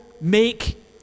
make